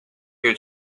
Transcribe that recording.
your